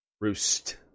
roost